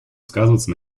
сказываться